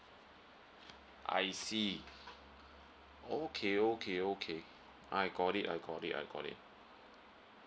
I see okay okay okay I got it I got it I got it